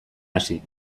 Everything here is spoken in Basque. hasi